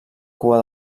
cua